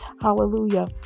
Hallelujah